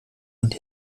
und